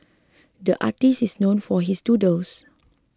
the artist is known for his doodles